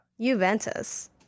Juventus